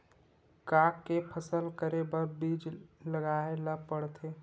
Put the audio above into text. का के फसल करे बर बीज लगाए ला पड़थे?